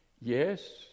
Yes